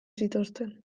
zituzten